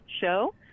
show